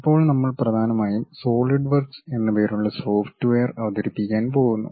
ഇപ്പോൾ നമ്മൾ പ്രധാനമായും സോളിഡ് വർക്ക്സ് എന്ന് പേരുള്ള സോഫ്റ്റ്വെയർ അവതരിപ്പിക്കാൻ പോകുന്നു